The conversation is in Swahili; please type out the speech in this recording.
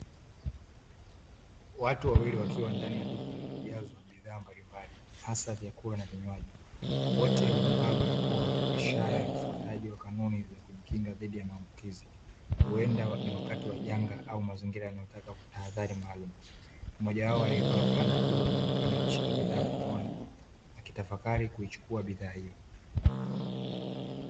Watu wawili wakiwa ndani ya duka liliojazwa bidhaa mbalimbali hasa vyakula na vinywaji, wote wamevaa barakoa ishara ya ufuataji wa kanuni ya kujikinga dhidi ya maambukizi, huenda ni wakati wa janga au mazingira yanayotaka tahadhari maalumu. Mmoja wao aliyevaa fulana bluu anaonekana ameshika bidhaa mkononi akitafakari kuichukua bidhaa hiyo.